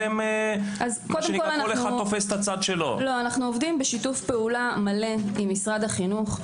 אנחנו עובדים בשיתוף פעולה מלא עם משרד החינוך.